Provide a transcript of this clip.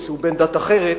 או שהוא בן דת אחרת,